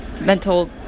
mental